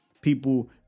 people